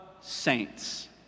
saints